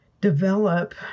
develop